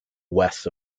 west